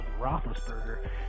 Roethlisberger